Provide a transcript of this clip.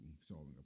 solving